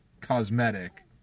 cosmetic